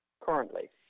Currently